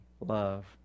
love